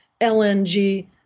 LNG